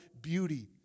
beauty